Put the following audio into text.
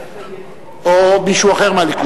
או מישהו אחר מהליכוד.